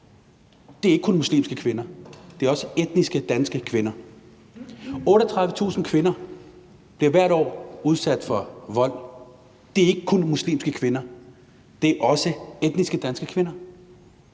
Det er ikke kun muslimske kvinder. Det er også etnisk danske kvinder. 38.000 kvinder bliver hvert år udsat for vold. Det er ikke kun muslimske kvinder. Det er også etnisk danske kvinder.